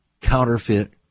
counterfeit